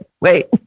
wait